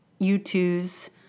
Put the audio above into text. U2's